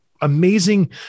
amazing